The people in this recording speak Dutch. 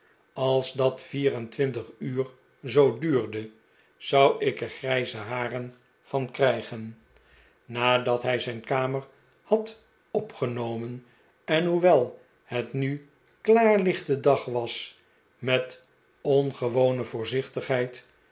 als dat vier en twintig uur zoo duurde zou ik er grijze haren van krijgen nadat hij zijn kamer had opgenomen en hoewel het nu klaarlichte dag was met